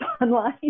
online